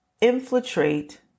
infiltrate